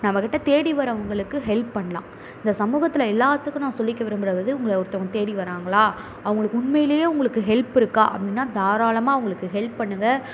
நம்மக்கிட்டே தேடி வர்றவங்களுக்கு ஹெல்ப் பண்ணலாம் இந்த சமூகத்தில் எல்லோத்துக்கும் நான் சொல்லிக்க விரும்புறது உங்களை ஒருத்தங்க தேடி வர்றாங்களா அவங்களுக்கு உண்மையிலேயே அவங்களுக்கு ஹெல்ப் இருக்கா அப்படின்னா தாராளமாக அவங்களுக்கு ஹெல்ப் பண்ணுங்கள்